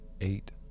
eight